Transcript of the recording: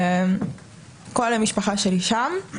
כל המשפחה שלי שם.